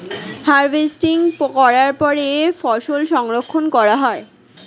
harvesting করার পরে ফসল সংরক্ষণ করা হয়